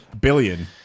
billion